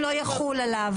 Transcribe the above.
לא יחול עליו.